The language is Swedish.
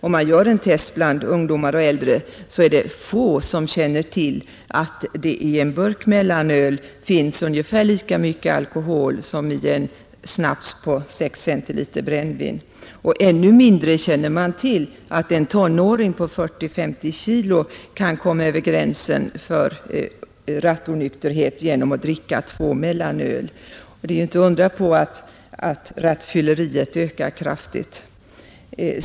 Om man gör en test bland ungdomar och äldre visar det sig att det är få som känner till att det i en burk mellanöl finns ungefär lika mycket alkohol som i en snaps på 6 centiliter brännvin, Ännu mindre känner man till att en tonåring som väger 40—50 kilo kan komma över gränsen för rattonykterhet genom att dricka två mellanöl. Det är inte att undra på att rattfylleriet ökar kraftigt.